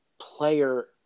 player